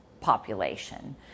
population